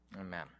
Amen